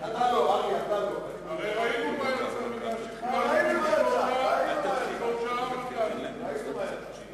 שנה צריך לשרור במדינה מתוקנת מצב חירום,